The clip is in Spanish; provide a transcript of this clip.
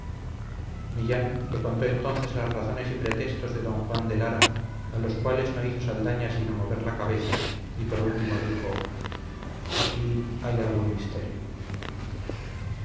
millán le contó entonces las razones y pretextos de don juan de lara a los cuales no hizo saldaña sino mover la cabeza y por último dijo aquí hay algún misterio